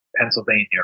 Pennsylvania